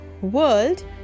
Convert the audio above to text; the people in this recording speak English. world